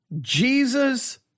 Jesus